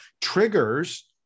triggers